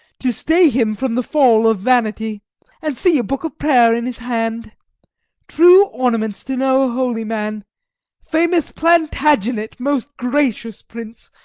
to stay him from the fall of vanity and, see, a book of prayer in his hand true ornaments to know a holy man famous plantagenet, most gracious prince,